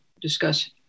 discuss